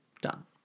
Done